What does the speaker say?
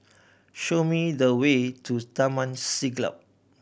show me the way to Taman Siglap